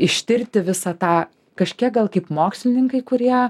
ištirti visą tą kažkiek gal kaip mokslininkai kurie